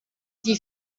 die